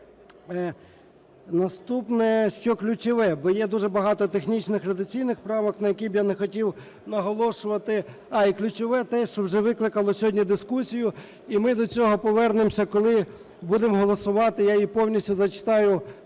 наступне, що ключове, бо є дуже багато технічних редакційних правок, на які б я не хотів наголошувати. А, і ключове те, що вже викликало сьогодні дискусію, і ми до цього повернемося, коли будемо голосувати, я її повністю зачитаю,